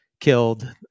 killed—